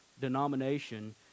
denomination